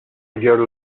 year